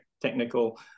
technical